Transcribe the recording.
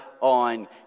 on